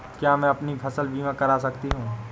क्या मैं अपनी फसल बीमा करा सकती हूँ?